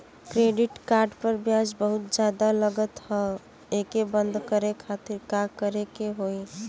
Credit card पर ब्याज बहुते ज्यादा लगत ह एके बंद करे खातिर का करे के होई?